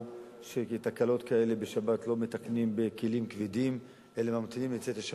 הוא שתקלות כאלה לא מתקנים בכלים כבדים בשבת,